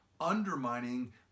undermining